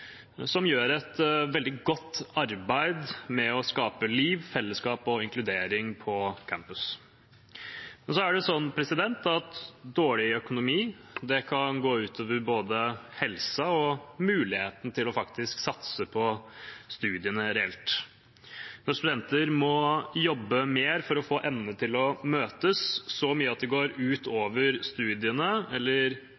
som gjør et veldig godt arbeid med å skape liv, fellesskap og inkludering på campus. Dårlig økonomi kan gå ut over både helsen og muligheten til faktisk å satse reelt på studiene. Når studenter må jobbe mer for å få endene til å møtes, så mye at det går ut